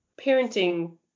parenting